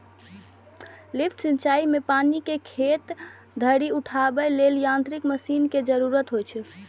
lift सिंचाइ मे पानि कें खेत धरि उठाबै लेल यांत्रिक मशीन के जरूरत होइ छै